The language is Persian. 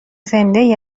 زندهای